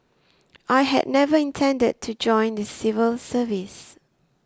I had never intended to join the civil service